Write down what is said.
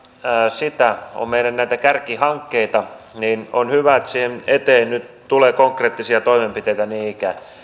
sitä ovat meidän näitä kärkihankkeita on hyvä että siihen eteen nyt tulee konkreettisia toimenpiteitä niin ikään